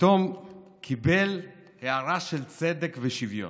שפתאום קיבל הארה של צדק ושוויון.